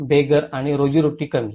बेघर आणि रोजीरोटी कमी